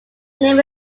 name